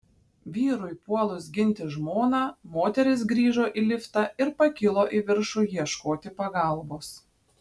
vyrui puolus ginti žmoną moteris grįžo į liftą ir pakilo į viršų ieškoti pagalbos